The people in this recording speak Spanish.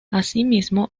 asimismo